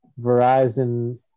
Verizon